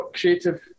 creative